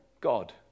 God